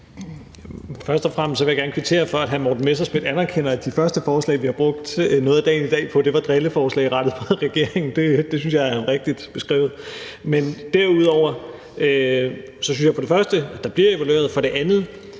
Først og fremmest vil jeg gerne kvittere for, at hr. Morten Messerschmidt anerkender, at de første forslag, vi har brugt noget af dagen i dag på, var drilleforslag rettet mod regeringen. Det synes jeg er rigtigt beskrevet. Men derudover synes jeg for det første, at der bliver evalueret, og for det andet,